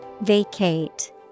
Vacate